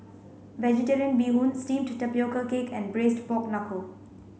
vegetarian bee hoon steamed tapioca cake and braised pork knuckle